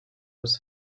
was